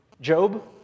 Job